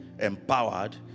empowered